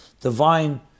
divine